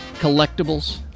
Collectibles